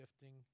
shifting